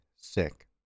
sick